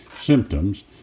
symptoms